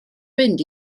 fynd